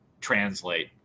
translate